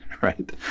right